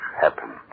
happen